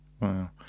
Wow